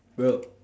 bro